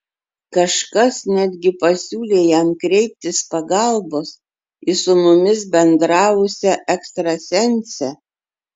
kažkas netgi pasiūlė jam kreiptis pagalbos į su mumis bendravusią ekstrasensę